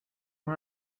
one